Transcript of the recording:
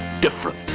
different